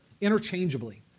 interchangeably